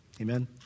Amen